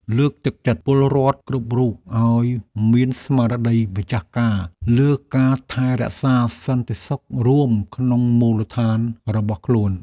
លើកទឹកចិត្តពលរដ្ឋគ្រប់រូបឱ្យមានស្មារតីម្ចាស់ការលើការថែរក្សាសន្តិសុខរួមក្នុងមូលដ្ឋានរបស់ខ្លួន។